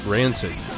Rancid